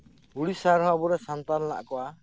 ᱩᱲᱤᱥᱥᱟ ᱨᱮᱦᱚᱸ ᱟᱵᱚᱨᱮᱱ ᱥᱟᱱᱛᱟᱲ ᱢᱮᱱᱟᱜ ᱠᱚᱣᱟ